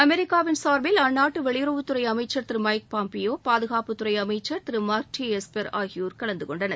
அமெரிக்காவின் சார்பில் வெளியுறவுத்துறை அந்நாட்டு அமைச்சர் திரு மைக் பாம்பியோ பாதுகாப்புத்துறை அமைச்சர் திரு மார்க் டி எஸ்பர் ஆகியோர் கலந்தகொண்டனர்